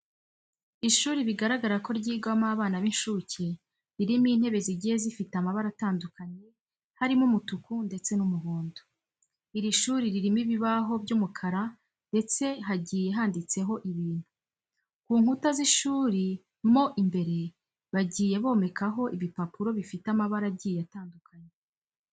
Ishuri bigaragara ko ryigamo abana b'inshuke ririmo intebe zigiye zifite amabara atandukanye, harimo umutuku ndetse n'umuhondo. Iri shuri ririmo ibibaho by'umukara ndetse hagiye handitseho ibintu. Ku nkuta z'ishuri mo imbere bagiye bomekaho ibipapuro bifite amabara agiye atandukanye.